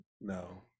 no